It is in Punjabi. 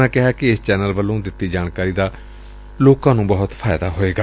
ਉਨ੍ਹਾਂ ਕਿਹਾ ਕਿ ਏਸ ਚੈਨਲ ਵੱਲੋਂ ਦਿੱਤੀ ਜਾਣਕਾਰੀ ਦਾ ਲੋਕਾਂ ਨੁੰ ਬਹੁਤ ਫਾਇਦਾ ਹੋਵੇਗਾ